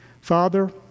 Father